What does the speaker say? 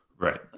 Right